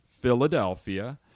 Philadelphia